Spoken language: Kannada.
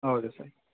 ಹೌದ ಸರ್